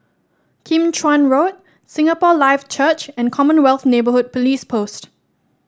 Kim Chuan Road Singapore Life Church and Commonwealth Neighbourhood Police Post